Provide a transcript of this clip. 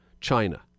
China